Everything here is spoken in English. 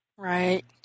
Right